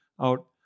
out